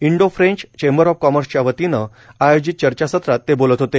Indo French chamber of कॉमर्सच्यावतीने आयोजित चर्चासत्रात ते बोलत होते